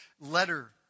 letter